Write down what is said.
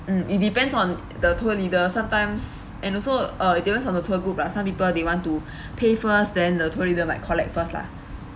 mm it depends on the tour leader sometimes and also uh it depends on the tour group lah some people they want to pay first then the tour leader might collect first lah